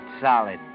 solid